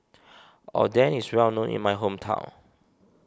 Oden is well known in my hometown